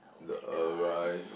the arise